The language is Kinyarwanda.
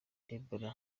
ebola